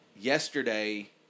yesterday